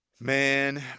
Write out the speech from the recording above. Man